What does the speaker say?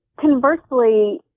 conversely